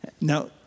Now